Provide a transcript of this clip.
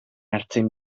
artzain